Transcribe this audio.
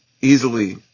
easily